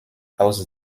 aus